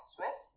Swiss